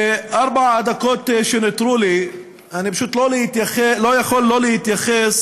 בארבע הדקות שנותרו לי אני לא יכול שלא להתייחס